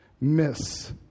miss